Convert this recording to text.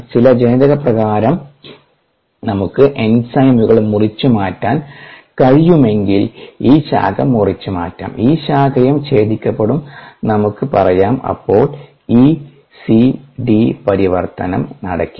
ചില ജനിതക പ്രകാരം നമുക്ക് എൻസൈമുകൾ മുറിച്ചുമാറ്റാൻ കഴിയുമെങ്കിൽ ഈ ശാഖ മുറിച്ചുമാറ്റാം ഈ ശാഖയും ഛേദിക്കപ്പെടും നമുക്ക് പറയാം അപ്പോൾ ഈ C D പരിവർത്തനം നടക്കില്ല